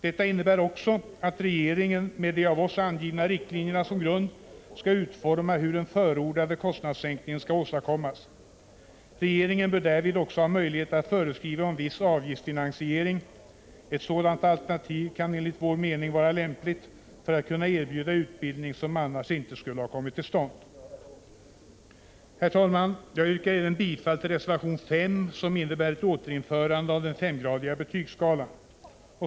Den innebär också att regeringen med de av oss angivna riktlinjerna som grund skall utforma hur den förordade kostnadssänkningen skall åstadkommas. Regeringen bör därvid också ha möjlighet att föreskriva om viss avgiftsfinansiering. Ett sådant alternativ kan enligt vår mening vara lämpligt för att kunna erbjuda utbildning som annars inte skulle ha kommit till stånd. Herr talman! Jag yrkar även bifall till reservation nr 5, som innebär ett återinförande av den femgradiga betygsskalan.